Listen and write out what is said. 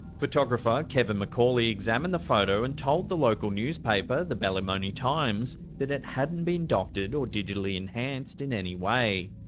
photographer kevin mccauley examined the photo, and told the local newspaper, the ballymoney times, that it hadn't been doctored or digitally enhanced in any way.